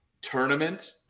tournament